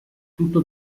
tutto